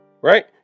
Right